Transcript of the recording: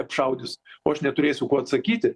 apšaudys o aš neturėsiu kuo atsakyti